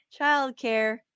Childcare